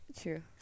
True